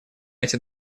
эти